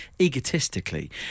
egotistically